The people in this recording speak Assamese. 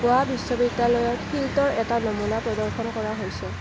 গোৱা বিশ্ববিদ্যালয়ত শিলটোৰ এটা নমুনা প্ৰদৰ্শন কৰা হৈছে